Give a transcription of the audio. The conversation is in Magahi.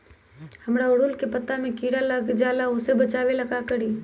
हमरा ओरहुल के पत्ता में किरा लग जाला वो से बचाबे ला का करी?